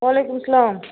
وعلیکُم سلام